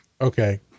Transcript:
Okay